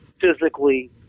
physically